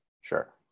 sure